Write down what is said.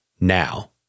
Now